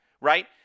right